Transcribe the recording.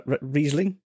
Riesling